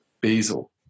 basil